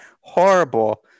horrible